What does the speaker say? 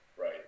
Right